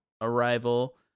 arrival